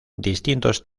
distintos